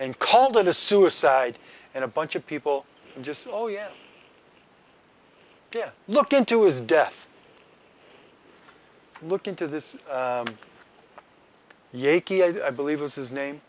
and called it a suicide and a bunch of people just oh yeah yeah look into is death look into this yankee i believe was his name